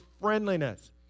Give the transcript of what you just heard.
friendliness